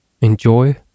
enjoy